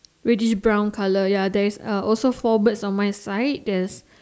reddish brown colour ya there's uh also four birds on my side there's